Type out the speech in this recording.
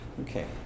Okay